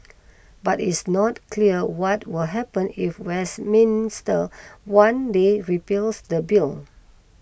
but it is not clear what will happen if Westminster one day repeals the bill